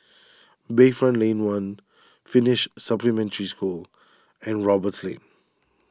Bayfront Lane one Finnish Supplementary School and Roberts Lane